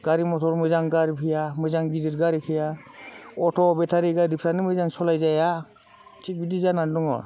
गारि मथर मोजां गारि फैया मोजां गिदिर गारि फैया अट' बेटारि गारिफ्रानो मोजां सालायजाया थिग बिदि जानानै दङ